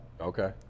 Okay